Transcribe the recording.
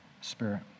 Spirit